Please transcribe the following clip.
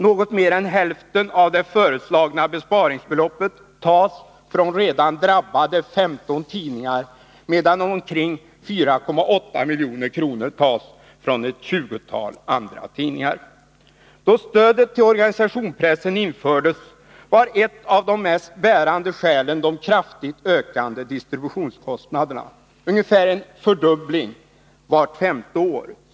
något mer än hälften av det föreslagna besparingsbeloppet tas från redan drabbade 15 tidningar, medan omkring 4,8 milj.kr. tas från ett tjugotal andra tidningar. Då stödet till organisationspressen infördes var ett av de mest bärande skälen de kraftigt ökande distributionskostnaderna — ungefär en fördubbling vart femte år.